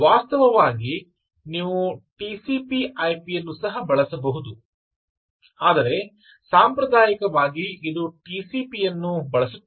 ವಾಸ್ತವವಾಗಿ ನೀವು ಟಿಸಿಪಿ ಐಪಿಯನ್ನು TCPIP ಸಹ ಬಳಸಬಹುದು ಆದರೆ ಸಾಂಪ್ರದಾಯಿಕವಾಗಿ ಇದು ಟಿಸಿಪಿ ಯನ್ನು ಬಳಸುತ್ತಿದೆ